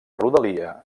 rodalia